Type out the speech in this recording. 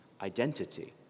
identity